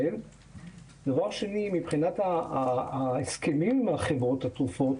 דבר שני, מבחינת ההסכמים עם חברות התרופות,